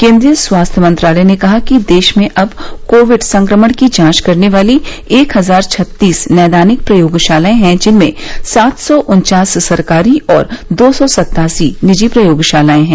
केंद्रीय स्वास्थ्य मंत्रालय ने कहा है कि देश में अब कोविड संक्रमण की जांच करने वाली एक हजार छत्तीस नैदानिक प्रयोगशालाएं हैं जिनमें सात सौ उन्चास सरकारी और दो सौ सत्तासी निजी प्रयोगशालाएं हैं